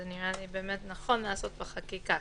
נראה לי באמת נכון לעשות בחקיקה,